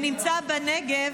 שנמצא בנגב,